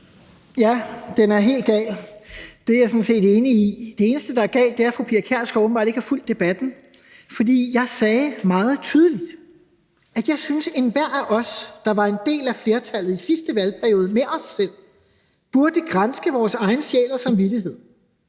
Ja, den er helt gal. Det er jeg sådan set enig i. Det eneste, der er galt, er, at fru Pia Kjærsgaard åbenbart ikke har fulgt debatten. For jeg sagde meget tydeligt, at jeg synes, at enhver af os, der var en del af flertallet i sidste valgperiode, burde granske vores egen sjæl og samvittighed,